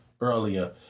earlier